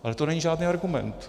Ale to není žádný argument.